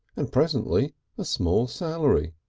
and presently a small salary.